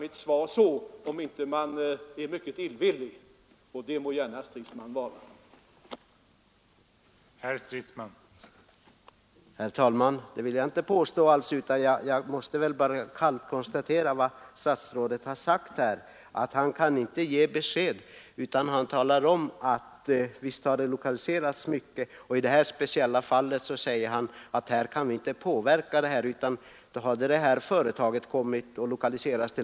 Man kan omöjligen tolka mitt svar så, om man inte är mycket illvillig — och det må herr Stridsman gärna vara.